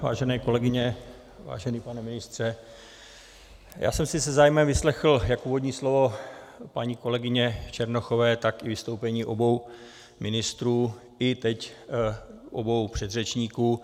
Vážené kolegyně, vážený pane ministře, se zájmem jsem si vyslechl jak úvodní slovo paní kolegyně Černochové, tak i vystoupení obou ministrů i teď obou předřečníků.